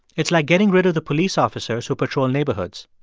it's like getting rid of the police officers who patrol neighborhoods.